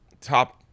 Top